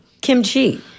kimchi